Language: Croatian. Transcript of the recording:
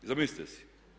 Zamislite si.